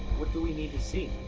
what do we need to see?